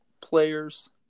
players –